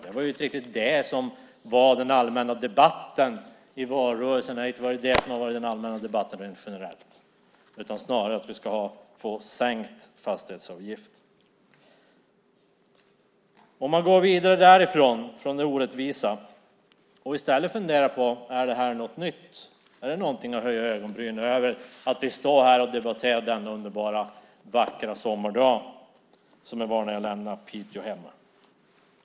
Det var inte riktigt det som var den allmänna debatten i valrörelsen eller den allmänna debatten generellt, utan snarare att vi ska få sänkt fastighetsavgift. Om man går vidare från det orättvisa kan man fundera på: Är det något nytt? Är det någonting att höja ögonbrynen över, det som vi debatterar denna underbart vackra sommardag, som dagen var då jag lämnade hemmet i Piteå?